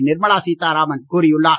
நிர்மலா சீதாராமன் கூறியுள்ளார்